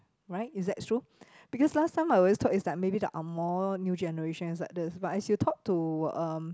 right is that true because last time I always thought is like maybe the angmoh new generation is like this as you talk to um